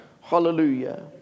Hallelujah